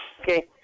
Okay